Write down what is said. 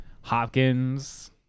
Hopkins